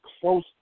close